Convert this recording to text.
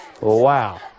Wow